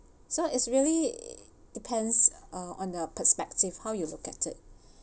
so it's really depends uh on the perspective how you look at it